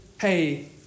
Hey